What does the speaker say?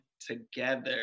together